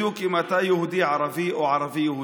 בדיוק אם אתה יהודי-ערבי או ערבי-יהודי.